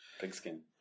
Pigskin